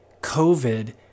COVID